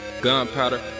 gunpowder